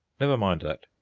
never mind that,